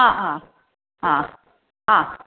ह हा हा हा